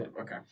okay